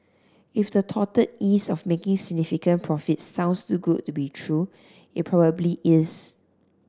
if the touted ease of making significant profits sounds too good to be true it probably is